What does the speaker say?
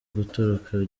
gutoroka